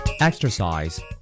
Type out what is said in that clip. Exercise